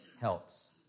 helps